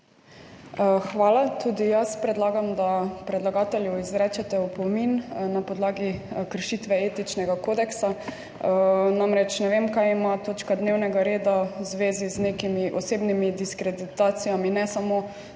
Hvala. Tudi jaz predlagam, da predlagatelju izrečete opomin na podlagi kršitve etičnega kodeksa, namreč ne vem kaj ima točka dnevnega reda v zvezi z nekimi osebnimi diskreditacijami, ne samo